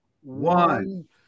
one